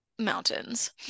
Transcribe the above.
mountains